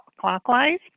clockwise